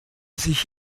sich